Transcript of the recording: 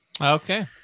okay